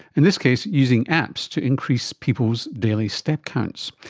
in this case using apps to increase people's daily step counts.